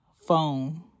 phone